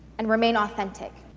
and remain authentic.